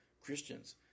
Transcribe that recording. Christians